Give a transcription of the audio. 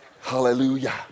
Hallelujah